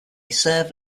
serve